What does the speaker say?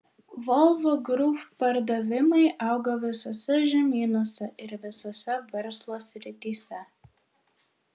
volvo group pardavimai augo visose žemynuose ir visose verslo srityse